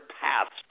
paths